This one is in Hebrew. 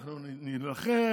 אנחנו נילחם,